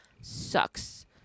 sucks